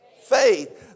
faith